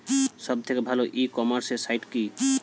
সব থেকে ভালো ই কমার্সে সাইট কী?